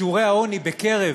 שיעורי העוני בקרב